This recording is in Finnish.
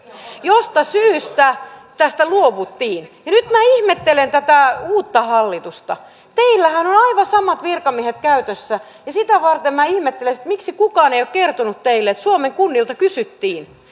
josta syystä tästä luovuttiin nyt minä ihmettelen tätä uutta hallitusta teillähän on aivan samat virkamiehet käytössä ja sitä varten minä ihmettelen miksi kukaan ei ole kertonut teille että suomen kunnilta kysyttiin